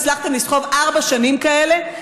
הצלחתם לסחוב ארבע שנים כאלה.